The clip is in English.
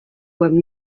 were